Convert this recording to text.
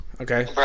Okay